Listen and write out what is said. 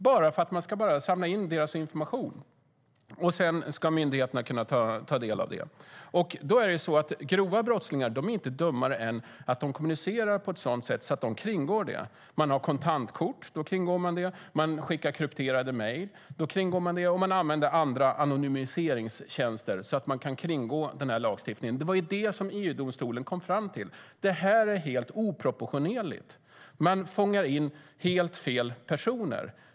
Jo, därför att man bara ska samla in deras information. Sedan ska myndigheterna kunna ta del av den. Grova brottslingar är inte dummare än att de kommunicerar på ett sådant sätt att de kringgår detta. De har kontantkort. Då kringgår de det. De skickar krypterade mejl. Då kringgår de det. De använder också andra anonymiseringstjänster så att de kan kringgå den här lagstiftningen. Det var det som EU-domstolen kom fram till. Det här är helt oproportionerligt. Man fångar in helt fel personer.